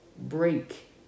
break